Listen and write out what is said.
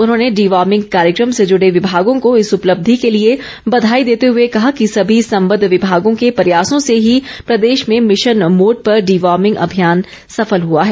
उन्होंने डिवॉर्मिंग कार्यक्रम से जुड़े विभागों को इस उपलब्धि के लिए बधाई देते हुए कहा कि सभी सम्बद्ध विभागों के प्रयासों से ही प्रदेश में मिशन मोड पर डिवार्मिंग अभियान सफल हआ है